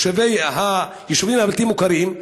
תושבי היישובים הבלתי-מוכרים,